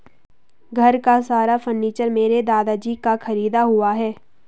घर का सारा फर्नीचर मेरे दादाजी का खरीदा हुआ है